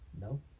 No